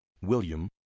William